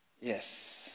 Yes